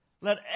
Let